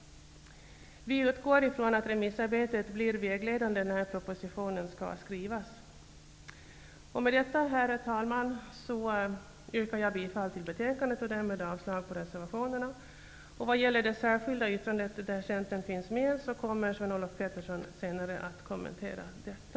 Vi utgår från att remissarbetet blir vägledande när propositionen skall skrivas. Med detta, herr talman, yrkar jag bifall till utskottets hemställan och avslag på reservationerna. Vad gäller det särskilda yttrandet, som bl.a. Centern har skrivit, kommer Sven-Olof Petersson senare att kommentera detta.